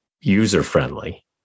user-friendly